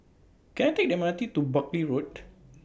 Can I Take M R T to Buckley Road